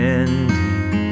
ending